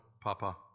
Papa